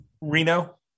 Reno